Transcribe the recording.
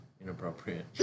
inappropriate